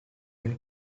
when